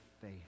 faith